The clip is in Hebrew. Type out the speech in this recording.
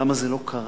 למה זה לא קרה?